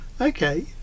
Okay